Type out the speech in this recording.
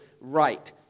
Right